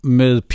med